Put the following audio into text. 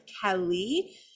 Kelly